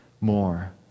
more